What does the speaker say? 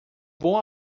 bom